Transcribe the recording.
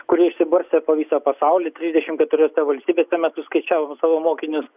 kurie išsibarstę po visą pasaulį trisdešim keturiose valstybėse mes suskaičiavom savo mokinius